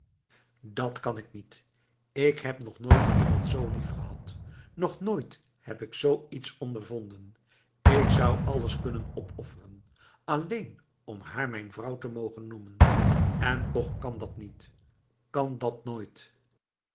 dat kan ik niet ik heb nog nooit iemand zoo liefgehad nog nooit heb ik zoo iets ondervonden ik zou alles kunnen opofferen alleen om haar mijn vrouw te mogen noemen en toch kan dat niet kan dat nooit